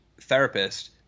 therapist